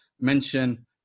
mention